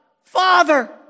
Father